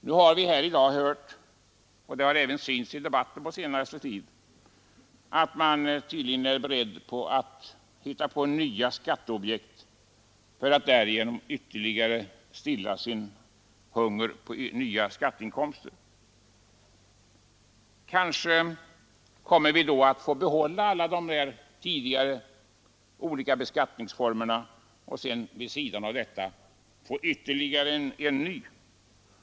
I dag har vi hört — och det har även skymtat i debatten på senare tid — att man tydligen är beredd att hitta på nya skatteobjekt för att därigenom stilla sin hunger efter ytterligare skatteinkomster. Kanske kommer vi då att få behålla alla de olika tidigare beskattningsreformerna och vid sidan av dem få in nya.